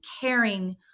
caring